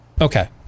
Okay